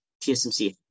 TSMC